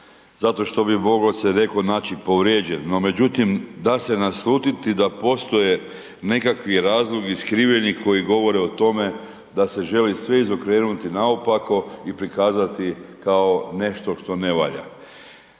zato što bi mogao se netko naći povrijeđen, međutim, da se naslutiti da postoje nekakvi razlozi skriveni koji govore o tome da se želi sve izokrenuti naopako i prikazati kao nešto što ne valja.